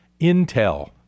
Intel